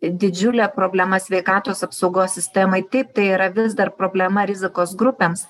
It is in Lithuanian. didžiulė problema sveikatos apsaugos sistemai taip tai yra vis dar problema rizikos grupėms